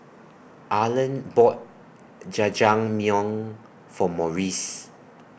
Arland bought Jajangmyeon For Maurice